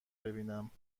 ببینم